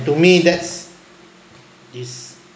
to me that's is